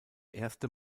erste